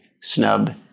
snub